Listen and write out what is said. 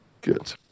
Good